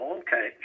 okay